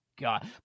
God